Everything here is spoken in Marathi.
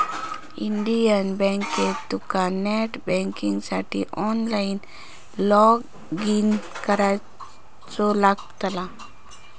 इंडियन बँकेत तुका नेट बँकिंगसाठी ऑनलाईन लॉगइन करुचा लागतला